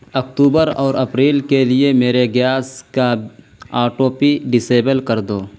اکتوبر اور اپریل کے لیے میرے گیس کا آٹو پی ڈسیبل کر دو